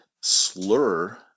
slur